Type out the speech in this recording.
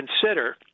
consider